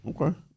Okay